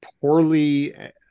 poorly